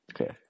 Okay